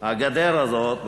הגדר הזאת,